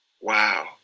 Wow